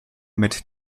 mit